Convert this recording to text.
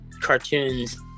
cartoons